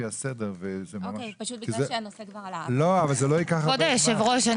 כבוד היושב ראש,